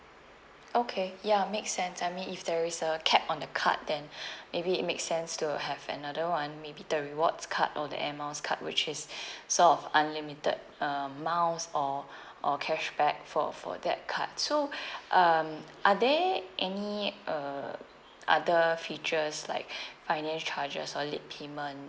okay ya make sense I mean if there is a cap on the card then maybe it makes sense to have another one maybe the rewards card or the air miles card which is sort of unlimited um miles or or cashback for for that card so um are there any uh other features like finance charges or late payment